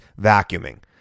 vacuuming